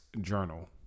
Journal